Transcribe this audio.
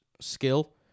skill